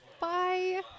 Bye